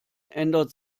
ändert